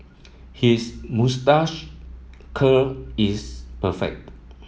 his moustache curl is perfect